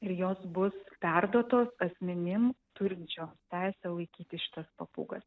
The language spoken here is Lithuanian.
ir jos bus perduotos asmenim turinčioms teisę laikyti šitas papūgas